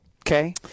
Okay